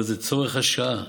אבל זה צורך השעה.